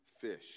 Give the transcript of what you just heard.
fish